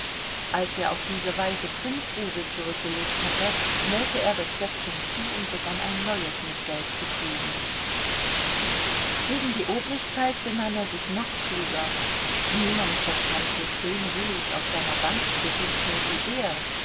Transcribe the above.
als er auf diese weise fünf rubel zurückgelegt hatte nähte er das säckchen zu und begann ein neues mit geld zu füllen gegen die obrigkeit benahm er sich noch klüger niemand verstand so schön ruhig auf seiner bank zu sitzen wie er